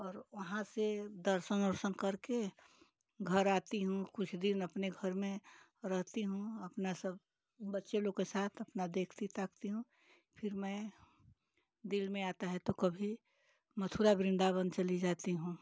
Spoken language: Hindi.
और वहाँ से दर्शन अर्शन करके घर आती हूँ कुछ दिन अपने घर में रहती हूँ अपना सब बच्चे लोग के साथ अपना देखती ताकती हूँ फिर मैं दिल में आता है तो कभी मथुरा वृन्दावन चली जाती हूँ